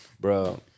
Bro